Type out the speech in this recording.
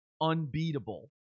unbeatable